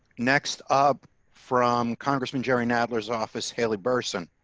next up from congressman jerry nablus office haley burson